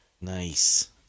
Nice